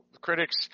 critics